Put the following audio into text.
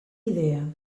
idea